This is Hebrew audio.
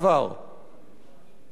היתה ממשלה קיצונית